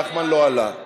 נחמן לא עלה.